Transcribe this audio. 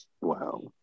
Wow